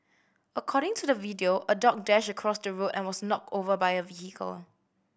according to the video a dog dashed across the road and was knocked over by a vehicle